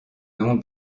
nom